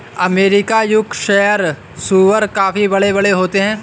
American Yorkshire सूअर काफी बड़े बड़े होते हैं